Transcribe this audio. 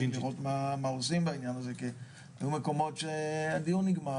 לראות מה עושים בעניין הזה כי היו מקומות שהדיון נגמר